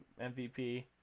MVP